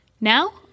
Now